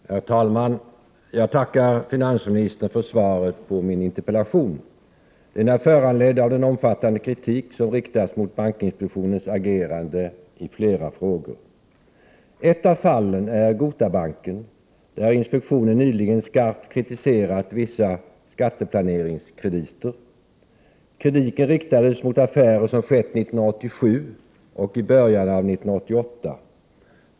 Herr talman! Jag tackar finansministern för svaret på min interpellation. Den är föranledd av den omfattande kritik som riktats mot bankinspektionens agerande i flera frågor. Ett av fallen är Gotabanken, där inspektionen nyligen skarpt kritiserat vissa skatteplaneringskrediter. Kritiken riktas mot affärer som skett 1987 och i början av 1988.